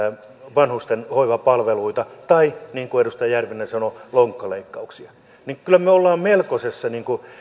vanhusten hoivapalveluita tai niin kuin edustaja järvinen sanoi lonkkaleikkauksia kyllä me me olemme melkoisessa